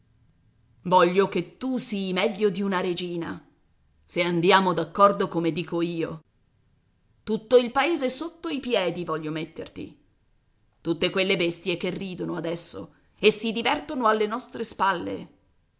voglio che tu sii meglio di una regina se andiamo d'accordo come dico io tutto il paese sotto i piedi voglio metterti tutte quelle bestie che ridono adesso e si divertono alle nostre spalle